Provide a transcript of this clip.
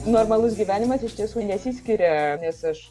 normalus gyvenimas iš tiesų nesiskiria nes aš